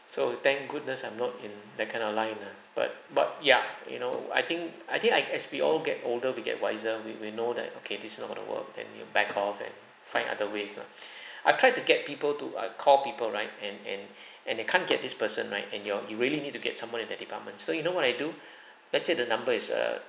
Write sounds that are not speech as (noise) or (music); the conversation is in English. so thank goodness I'm not in that kind of line ah but but ya you know I think I think I as we all get older we get wiser we we know that okay this is not going to work than you back off and find other ways lah (breath) I've tried to get people to uh call people right and and (breath) and they can't get this person right and you're you really need to get someone in that department so you know what I do (breath) let's say the number is err